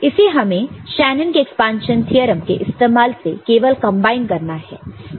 इसे हमें शेनन के एक्सपांशन थ्योरम के इस्तेमाल से केवल कंबाइन करना है